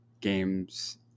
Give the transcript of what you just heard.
games